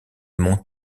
mont